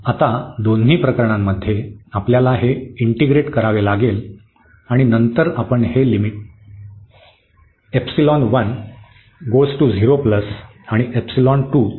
आता दोन्ही प्रकरणांमध्ये आपल्याला हे इंटीग्रेट करावे लागेल आणि नंतर आपण हे लिमिट आणि असे पुरवू